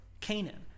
Canaan